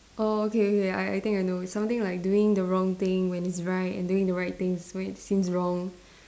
orh okay okay I I think I know it's something like doing the wrong thing when it's right and doing the right thing is when it seems wrong